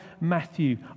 Matthew